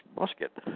musket